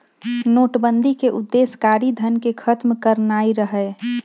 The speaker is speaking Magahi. नोटबन्दि के उद्देश्य कारीधन के खत्म करनाइ रहै